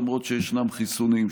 למרות שישנם חיסונים,